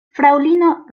fraŭlino